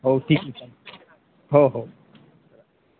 हो ठीक आहे चालते हो हो